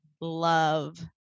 love